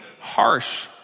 harsh